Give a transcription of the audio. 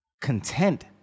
content